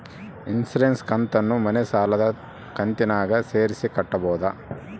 Insurance ಕಂತನ್ನ ಮನೆ ಸಾಲದ ಕಂತಿನಾಗ ಸೇರಿಸಿ ಕಟ್ಟಬೋದ?